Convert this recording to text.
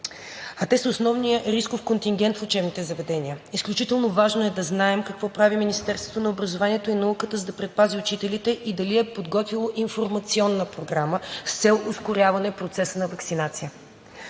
А те са основният рисков контингент в учебните заведения. Изключително важно е да знаем какво прави Министерството на образованието и науката, за да предпази учителите и дали е подготвило информационна програма с цел ускоряване процеса на ваксинация?